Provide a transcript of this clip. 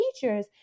teachers